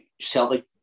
Celtic